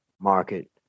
market